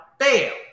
fail